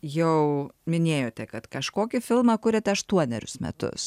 jau minėjote kad kažkokį filmą kuriate aštuonerius metus